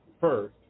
first